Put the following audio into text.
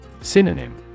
Synonym